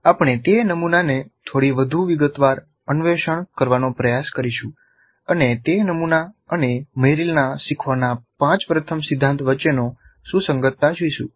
આપણે તે નમુનાને થોડી વધુ વિગતવાર અન્વેષણ કરવાનો પ્રયાસ કરીશું અને તે નમુના અને મેરિલના શીખવાના પાંચ પ્રથમ સિદ્ધાંત વચ્ચેનો સુસંગતા જોઈશું